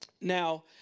Now